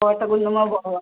കോട്ട കുന്നുമ്മേൽ പോവാം